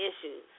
issues